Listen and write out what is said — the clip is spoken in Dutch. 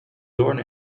doorn